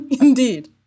indeed